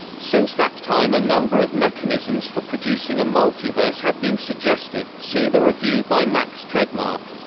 since that time a number of mechanisms for producing a multiverse have been suggested see the review by max tegmark.